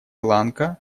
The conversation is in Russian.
ланка